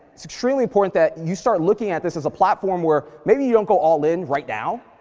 it's extremely important that you start looking at this as a platform where, maybe you don't go all in right now,